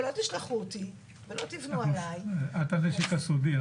אבל לא תשלחו אותי ולא תבנו עליי --- את הנשק הסודי.